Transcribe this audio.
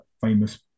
famous